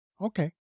Okay